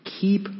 Keep